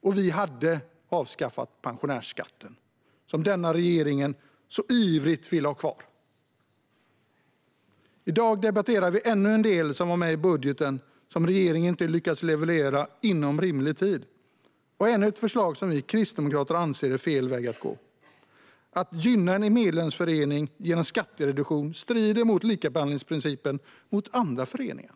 Och vi hade avskaffat pensionärsskatten, som regeringen så ivrigt vill ha kvar. I dag debatterar vi ännu en del som var med i budgeten, men som regeringen inte lyckades leverera inom rimlig tid. Det är ännu ett förslag som vi i Kristdemokraterna anser vara fel väg att gå. Att gynna en medlemsförening genom skattereduktion strider mot likabehandlingsprincipen mot andra föreningar.